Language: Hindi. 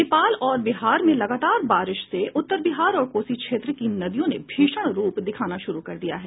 नेपाल और बिहार में लगातार बारिश से उत्तर बिहार और कोसी क्षेत्र की नदियों ने भीषण रूप दिखाना शुरू कर दिया है